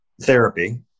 therapy